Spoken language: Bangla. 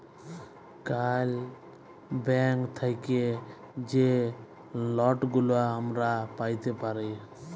কল ব্যাংক থ্যাইকে যে লটগুলা আমরা প্যাইতে পারি